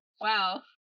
wow